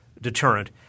deterrent